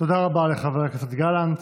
תודה רבה לחבר הכנסת גלנט.